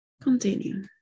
Continue